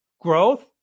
growth